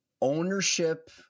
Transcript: ownership